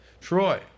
troy